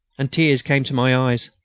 and tears came to my eyes.